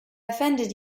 offended